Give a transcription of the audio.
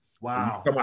Wow